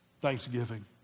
thanksgiving